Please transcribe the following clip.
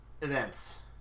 events